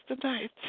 tonight